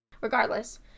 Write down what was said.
Regardless